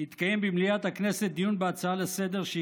התקיים במליאת הכנסת דיון בהצעה לסדר-היום